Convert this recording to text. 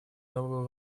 новую